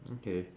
okay